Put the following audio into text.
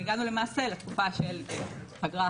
והגענו למעשה לתקופה של הפגרה,